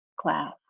class